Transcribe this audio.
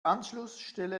anschlussstelle